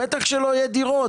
בטח שלא יהיה דירות,